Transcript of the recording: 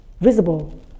visible